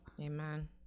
Amen